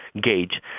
gauge